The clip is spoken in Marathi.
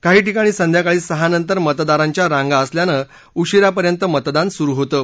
काही ठिकाणी संध्याकाळी सहा नंतर मतदारांच्या रांगा असल्यानं उशीरापर्यंत मतदान सुरु होतं